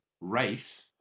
race